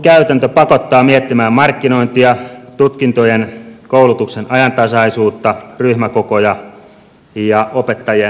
lukukausimaksukäytäntö pakottaa miettimään markkinointia tutkintojen ja koulutuksen ajantasaisuutta ryhmäkokoja ja opettajien opetustaitoja